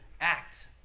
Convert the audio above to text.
act